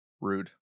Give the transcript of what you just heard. Rude